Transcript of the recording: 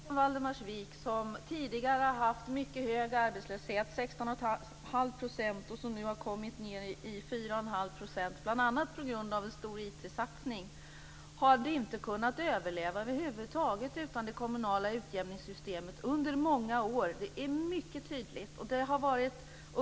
Fru talman! Till det skulle jag vilja svara följande. En kommun som Valdemarsvik, som tidigare har haft mycket hög arbetslöshet, 161⁄2 %, och som nu har kommit ned i 41⁄2 %, bl.a. på grund av en stor IT satsning, hade under många år inte kunnat överleva över huvud taget utan det kommunala utjämningssystemet. Det är mycket tydligt.